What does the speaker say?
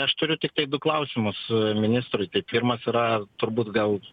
aš turiu tiktai du klausimus ministrui tai pirmas yra turbūt gal